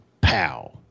pow